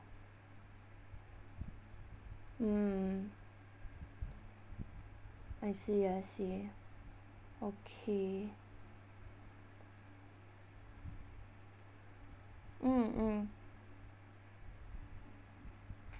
mm I see I see okay mm mm